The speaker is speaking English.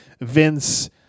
Vince